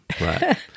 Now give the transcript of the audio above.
Right